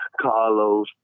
Carlos